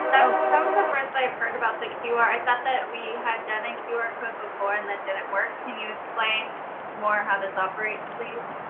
so was the first i've heard about the qr. i thought that we had done a qr code before, and that didn't work. can you explain more how this operates please?